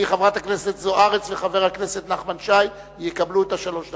אבל חברת הכנסת זוארץ וחבר הכנסת נחמן שי יקבלו את שלוש הדקות.